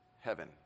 heaven